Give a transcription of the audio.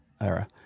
era